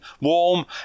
warm